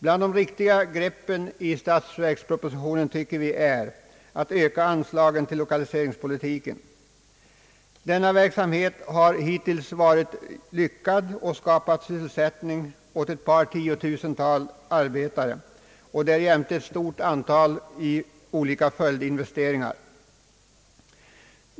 Bland de riktiga greppen i statsverkspropositionen anser vi vara förslaget att öka anslagen till lokaliseringspolitiken. Denna verksamhet har hittills varit lyckad och skapat sysselsättning åt ett par tiotusental arbetare och därjämte ett stort antal 1 olika följdverksamheter.